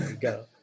Go